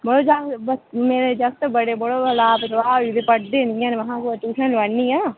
मड़ो जाग मेरे जगत बड़े मड़ो लापरवाह् होई गेदे पढ़दे निं हैन महां कुतै ट्यूशन लोआन्नी आं